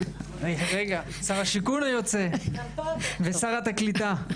שר השיכון היוצא ושרת הקליטה.